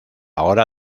hora